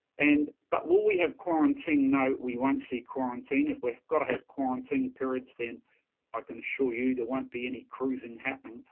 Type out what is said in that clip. and but will we have quarantine? no, we won't see quarantine. if we've got ahead quarantine periods, then i can assure you, there won't be any cruising happening.